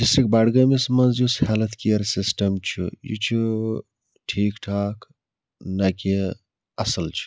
district بَڈگٲمِس منٛز یُس ہٮ۪لٕتھ کِیَر سِسٹَم چھِ یہِ چھِ ٹھیٖک ٹھاک نَہ کہِ اَصٕل چھِ